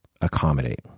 accommodate